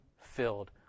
filled